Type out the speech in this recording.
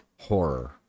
horror